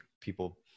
people